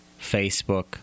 Facebook